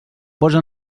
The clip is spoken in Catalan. posa